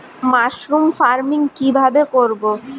Mushroom farming কি ভাবে করব?